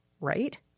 right